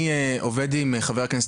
אני עובד עם חבר הכנסת,